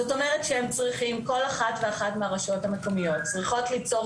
זאת אומרת שכל אחת מהרשויות המקומיות צריכות ליצור